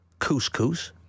Couscous